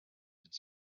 its